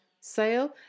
sale